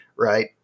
Right